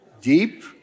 Deep